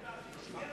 בסדר.